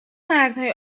مردهای